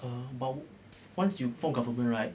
but once you form a government right